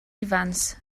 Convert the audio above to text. ifans